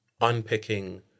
unpicking